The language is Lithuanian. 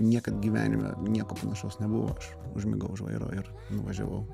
niekad gyvenime nieko panašaus nebuvo aš užmigau už vairo ir nuvažiavau